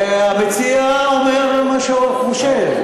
המציע אומר מה שהוא חושב.